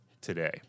today